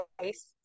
face